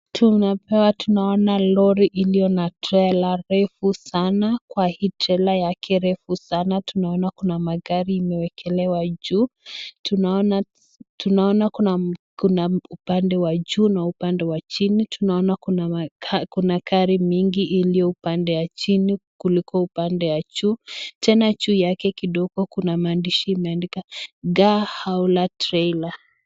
Tunapewa tunaona lori iliyo na trela refu sana kwa hii trela yake refu sana. Tunaona kuna magari imewekelewa juu. Tunaona tunaona kuna kuna upande wa juu na upande wa chini. Tunaona kuna kuna kuna gari mingi iliyo upande ya chini kuliko upande ya juu. Tena juu yake kidogo kuna maandishi imeandika car hauler Trailer.